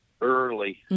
Early